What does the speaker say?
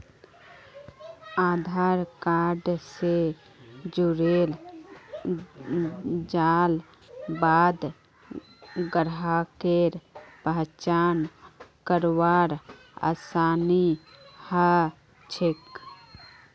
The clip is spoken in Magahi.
आधार कार्ड स जुड़ेल जाल बाद ग्राहकेर पहचान करवार आसानी ह छेक